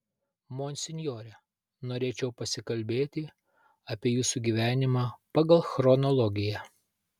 monsinjore norėčiau pasikalbėti apie jūsų gyvenimą pagal chronologiją